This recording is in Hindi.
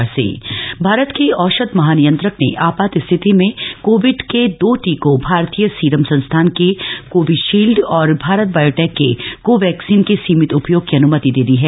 कोविड टीका अनुमति भारत के औषध महानियंत्रक ने आपात स्थिति में कोविड के दो टीकों भारतीय सीरम संस्थान के कोविशील्ड और भारत बायोटेक के कोवैक्सीन के सीमित उपयोग की अनुमति दे दी है